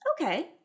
Okay